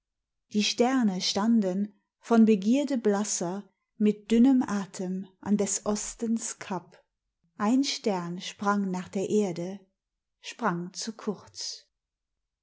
die sterne standen von begierde blasser mit dünnem atem an des ostens kap ein stern sprang nach der erde sprang zu kurz